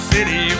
City